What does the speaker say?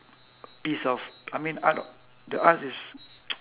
piece of I mean art the art is